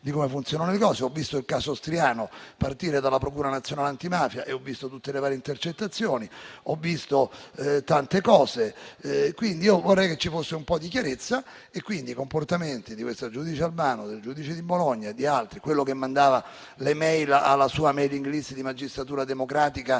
di come funzionino le cose. Ho visto il caso Striano partire dalla procura nazionale antimafia e ho visto tutte le varie intercettazioni. Ho visto tante cose. Vorrei che ci fosse un po' di chiarezza sui comportamenti del giudice Albano, del giudice di Bologna e di altri, come quello che mandava le *mail* alla sua *mailing list* di Magistratura democratica,